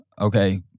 okay